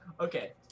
okay